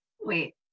wait